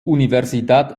universidad